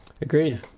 Agreed